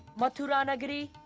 mathura and